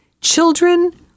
Children